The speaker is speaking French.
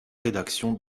rédaction